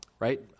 Right